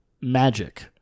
Magic